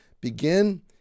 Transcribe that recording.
begin